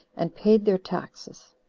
and paid their taxes.